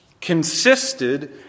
consisted